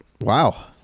wow